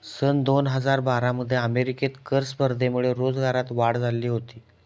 सन दोन हजार बारा मध्ये अमेरिकेत कर स्पर्धेमुळे रोजगारात वाढ झालेली होती